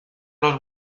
los